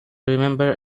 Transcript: remember